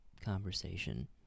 conversation